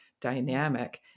dynamic